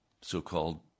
so-called